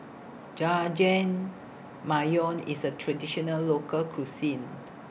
Jajangmyeon IS A Traditional Local Cuisine